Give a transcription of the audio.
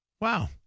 Wow